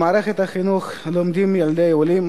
במערכת החינוך לומדים ילדי עולים,